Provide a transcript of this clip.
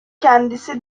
kendisi